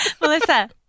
Melissa